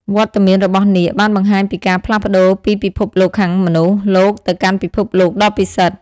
វត្តមានរបស់នាគបានបង្ហាញពីការផ្លាស់ប្តូរពីពិភពលោកខាងមនុស្សលោកទៅកាន់ពិភពលោកដ៏ពិសិដ្ឋ។